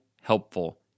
helpful